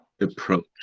approach